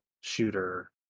shooter